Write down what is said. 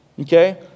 Okay